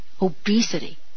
obesity